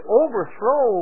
overthrow